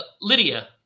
Lydia